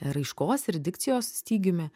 raiškos ir dikcijos stygiumi